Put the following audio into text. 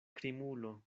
krimulo